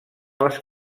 les